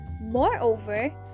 Moreover